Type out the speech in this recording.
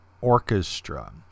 orchestra